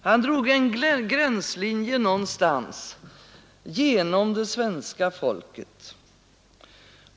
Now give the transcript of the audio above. Han drog en gränslinje någonstans genom det svenska folket.